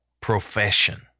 profession